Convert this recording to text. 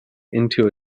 into